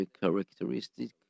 characteristic